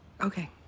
okay